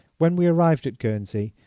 when we arrived at guernsey,